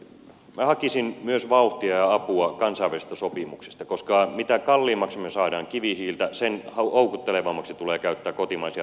minä hakisin vauhtia ja apua myös kansainvälisistä sopimuksista koska mitä kalliimmaksi me saamme kivihiiltä sen houkuttelevammaksi tulee käyttää kotimaisia raaka aineita